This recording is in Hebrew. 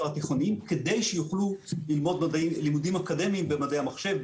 התיכוניים כדי שיוכלו ללמוד לימודים אקדמיים במדעי המחשב,